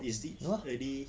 it already